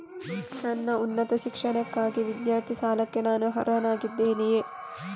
ನನ್ನ ಉನ್ನತ ಶಿಕ್ಷಣಕ್ಕಾಗಿ ವಿದ್ಯಾರ್ಥಿ ಸಾಲಕ್ಕೆ ನಾನು ಅರ್ಹನಾಗಿದ್ದೇನೆಯೇ?